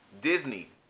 Disney